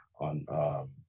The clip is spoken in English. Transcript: on